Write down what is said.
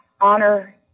honor